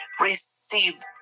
Receive